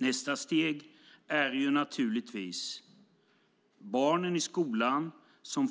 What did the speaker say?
Nästa steg är naturligtvis att barnen i skolan